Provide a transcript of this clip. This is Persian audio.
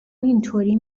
اینطوری